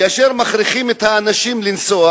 כאשר מכריחים את האנשים לנסוע,